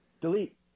Delete